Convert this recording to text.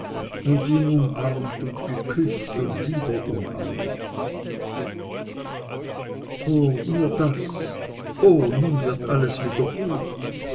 und ihn umarmt und geküßt und wieder umarmt o nur das o nun wird alles wieder gut